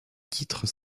titres